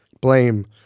blame